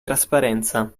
trasparenza